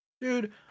Dude